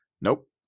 Nope